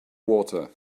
water